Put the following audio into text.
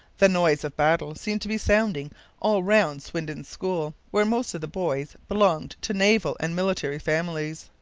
the noise of battle seemed to be sounding all round swinden's school, where most of the boys belonged to naval and military families.